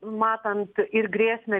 matant ir grėsmę